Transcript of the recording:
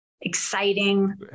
exciting